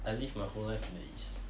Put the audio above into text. at least my whole life in the east